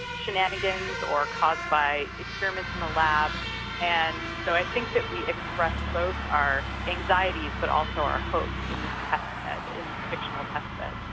shenanigans or are caused by experiments in the lab and so i think that we express both our anxieties, but also our hopes in this test-bed, in this fictional test-bed.